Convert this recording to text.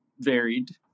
varied